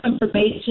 information